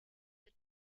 the